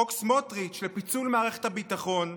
חוק סמוטריץ' לפיצול מערכת הביטחון,